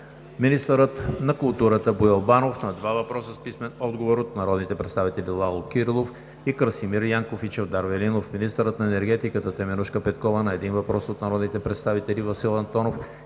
министърът на културата Боил Банов – на два въпроса с писмен отговор от народните представители Лало Кирилов; и Красимир Янков и Чавдар Велинов; - министърът на енергетиката Теменужка Петкова – на един въпрос от народните представители Васил Антонов